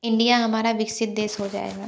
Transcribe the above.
India हमारा विकसित देश हो जाएगा